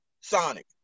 Sonic